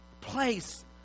place